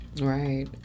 Right